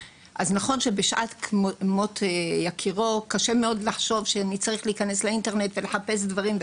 בשעת פטירה קשה לחשוב על כניסה לאינטרנט ולחפש דברים,